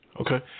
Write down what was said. Okay